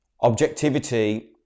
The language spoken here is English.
Objectivity